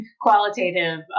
qualitative